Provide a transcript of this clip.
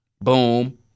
Boom